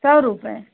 सौ रुपये